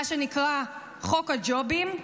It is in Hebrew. מה שנקרא חוק הג'ובים,